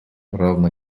равно